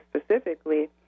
specifically